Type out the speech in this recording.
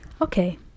okay